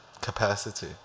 capacity